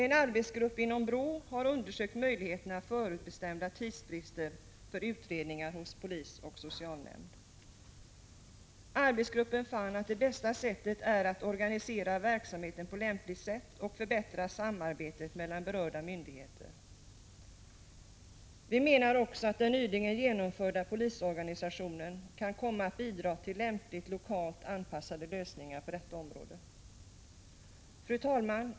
En arbetsgrupp inom BRÅ har undersökt möjligheterna för bestämda tidsfrister för utredningar hos polis och socialnämnd. Arbetsgruppen fann att det bästa sättet är att organisera verksamheten på lämpligt sätt och att förbättra samarbetet mellan berörda myndigheter. Vi menar också att den nyligen genomförda polisorganisationen kan komma att bidra till lämpliga lokalt anpassade lösningar på detta område. Fru talman!